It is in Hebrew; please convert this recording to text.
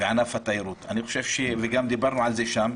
וענף התיירות וגם דיברנו על זה שם,